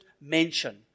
mention